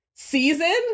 Season